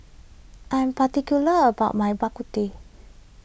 I am particular about my Bak Kut Teh